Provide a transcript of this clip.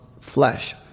flesh